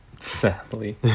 sadly